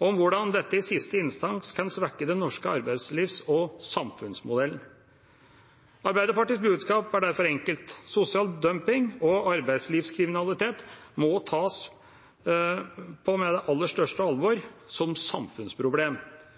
og hvordan dette i siste instans kan svekke den norske arbeidslivs- og samfunnsmodellen. Arbeiderpartiets budskap er derfor enkelt: Sosial dumping og arbeidslivskriminalitet må tas på det aller største alvor som samfunnsproblem.